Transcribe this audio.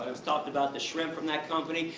i was talking about the shrimp from that company.